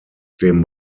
dem